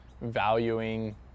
valuing